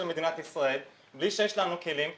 מדינת ישראל בלי שיש לנו כלים ונתקעים.